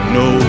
no